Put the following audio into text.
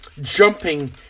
jumping